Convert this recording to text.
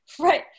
Right